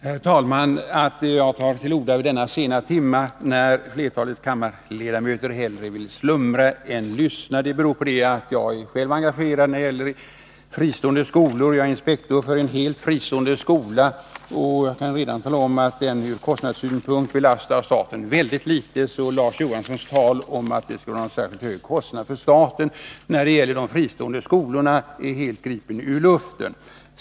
Herr talman! Att jag tar till orda vid denna sena timma, när flertalet kammarledamöter hellre vill slumra än lyssna, beror på att jag själv är engagerad när det gäller fristående skolor. Jag är inspektor för en helt fristående skola. Jag kan redan nu tala om att den ur kostnadssynpunkt belastar staten väldigt litet. Larz Johanssons tal om att de fristående skolorna innebär en särskilt stor kostnad för staten är därför helt gripet ur luften.